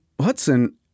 Hudson